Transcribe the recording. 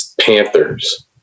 Panthers